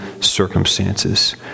circumstances